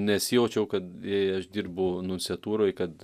nesijaučiau kad jei aš dirbu nunciatūroj kad